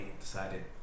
decided